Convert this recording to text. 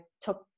took